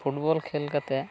football ᱠᱷᱮᱞ ᱠᱟᱛᱮᱫ